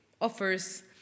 offers